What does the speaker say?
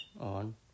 on